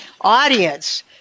audience